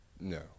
no